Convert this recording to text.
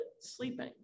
sleeping